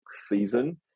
season